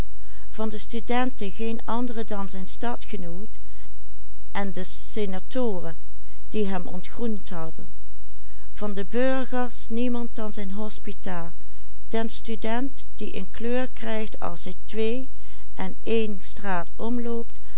burgers niemand dan zijn hospita den student die een kleur krijgt als hij twee en een straat omloopt